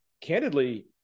candidly